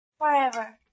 Forever